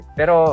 pero